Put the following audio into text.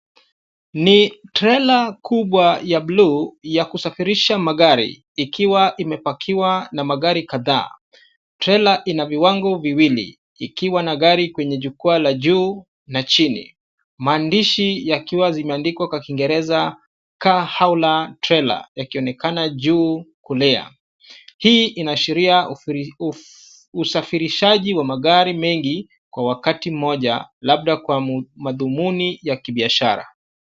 Ni trela kubwa ya bluu ya kusafirisha magari ikiwa imepakiwa na magari kadhaa. Trela ina viwango viwili ikiwa na gari kwenye jukwaa la juu na chini. Maandishi yakiwa zimeandikwa kwa Kiingereza Car Hauler trela yakionekana juu kulia. Hii inaashiria usafirishaji wa magari mengi kwa wakati mmoja labda kwa madhumuni ya kibiashara.